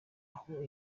aho